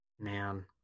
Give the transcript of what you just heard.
Man